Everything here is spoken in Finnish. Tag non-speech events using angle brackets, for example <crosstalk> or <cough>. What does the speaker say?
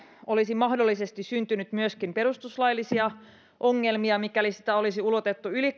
olisi mahdollisesti syntynyt myöskin perustuslaillisia ongelmia mikäli oppivelvollisuus olisi ulotettu yli <unintelligible>